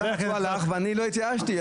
הוא הלך, ואני לא התייאשתי.